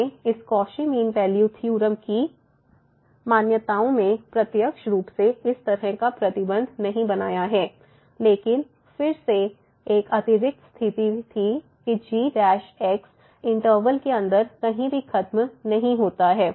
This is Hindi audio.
हमने इस कौशी मीन वैल्यू थ्योरम की मान्यताओं में प्रत्यक्ष रूप से इस तरह का प्रतिबंध नहीं बनाया है लेकिन फिर से एक अतिरिक्त स्थिति थी कि g इंटरवल के अंदर कहीं भी खत्म नहीं होता है